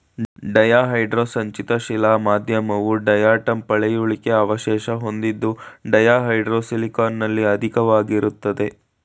ಡಯಾಹೈಡ್ರೋ ಸಂಚಿತ ಶಿಲಾ ಮಾಧ್ಯಮವು ಡಯಾಟಂ ಪಳೆಯುಳಿಕೆ ಅವಶೇಷ ಹೊಂದಿದ್ದು ಡಯಾಹೈಡ್ರೋ ಸಿಲಿಕಾನಲ್ಲಿ ಅಧಿಕವಾಗಿರ್ತದೆ